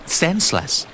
senseless